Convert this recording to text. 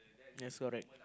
yes correct